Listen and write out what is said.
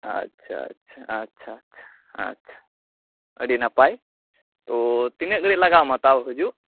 ᱟᱪᱪᱷᱟ ᱟᱪᱪᱷᱟ ᱟᱪᱪᱷᱟ ᱟᱪᱪᱷᱟ ᱟᱹᱰᱤ ᱱᱟᱯᱟᱭ ᱛᱚ ᱛᱤᱱᱟᱹᱜ ᱜᱷᱟᱹᱲᱤᱡ ᱞᱟᱜᱟᱣ ᱟᱢᱟ ᱛᱟᱣ ᱦᱤᱡᱩᱜ